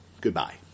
Goodbye